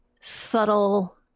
subtle